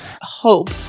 hope